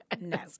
No